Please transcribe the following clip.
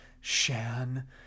Shan